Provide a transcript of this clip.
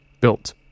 built